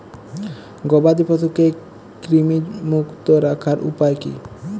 গবাদি পশুকে কৃমিমুক্ত রাখার উপায় কী?